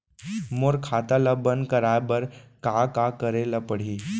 मोर खाता ल बन्द कराये बर का का करे ल पड़ही?